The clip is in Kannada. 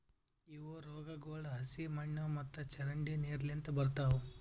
ಇವು ರೋಗಗೊಳ್ ಹಸಿ ಮಣ್ಣು ಮತ್ತ ಚರಂಡಿ ನೀರು ಲಿಂತ್ ಬೆಳಿತಾವ್